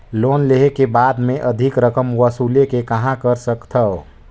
Loan लेहे के बाद मे अधिक रकम वसूले के कहां कर सकथव?